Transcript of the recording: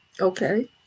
Okay